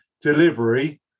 delivery